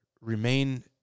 remain